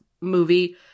movie